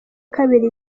kabiri